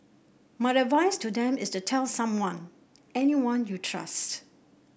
my advice to them is to tell someone anyone you trust